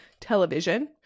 television